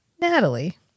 Natalie